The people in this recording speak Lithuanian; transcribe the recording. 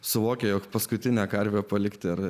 suvokia jog paskutinę karvę palikti ar